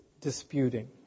disputing